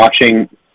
watching